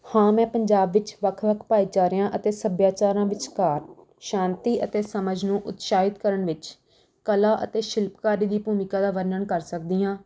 ਹਾਂ ਮੈਂ ਪੰਜਾਬ ਵਿੱਚ ਵੱਖ ਵੱਖ ਭਾਈਚਾਰਿਆਂ ਅਤੇ ਸੱਭਿਆਚਾਰਾਂ ਵਿਚਕਾਰ ਸ਼ਾਂਤੀ ਅਤੇ ਸਮਝ ਨੂੰ ਉਤਸ਼ਾਹਿਤ ਕਰਨ ਵਿੱਚ ਕਲਾ ਅਤੇ ਸ਼ਿਲਪਕਾਰੀ ਦੀ ਭੂਮਿਕਾ ਦਾ ਵਰਣਨ ਕਰ ਸਕਦੀ ਹਾਂ